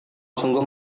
sungguh